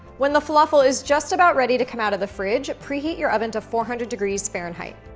when the falafel is just about ready to come out of the fridge, preheat your oven to four hundred degrees fahrenheit.